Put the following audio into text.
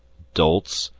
dolts!